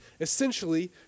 essentially